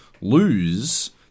Lose